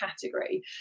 category